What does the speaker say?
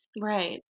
Right